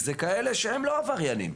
וזה כאלה שהם לא עבריינים.